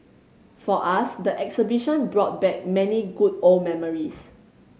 for us the exhibition brought back many good old memories